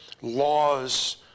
laws